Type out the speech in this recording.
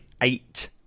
eight